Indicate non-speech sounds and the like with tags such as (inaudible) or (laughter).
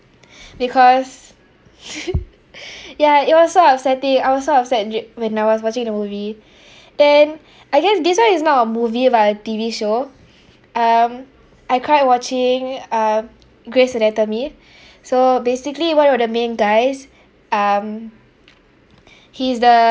because (laughs) yeah it was so upsetting I was so upset du~ when I was watching the movie (breath) then I guess this one is not a movie but a T_V show um I cried watching uh gray's anatomy (breath) so basically one of the main guys um he's the